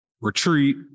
retreat